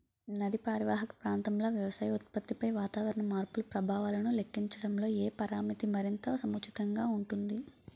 నదీ పరీవాహక ప్రాంతంలో వ్యవసాయ ఉత్పత్తిపై వాతావరణ మార్పుల ప్రభావాలను లెక్కించడంలో ఏ పరామితి మరింత సముచితంగా ఉంటుంది?